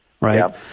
right